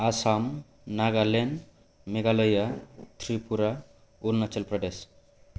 Assam Nagaland Meghalaya Tripura Arunachal Pradesh